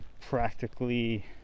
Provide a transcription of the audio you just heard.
practically